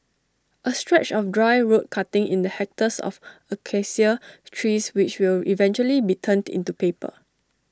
A stretch of dry road cutting in the hectares of Acacia trees which will eventually be turned into paper